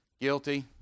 Guilty